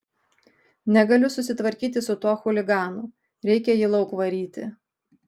negaliu susitvarkyti su tuo chuliganu reikia jį lauk varyti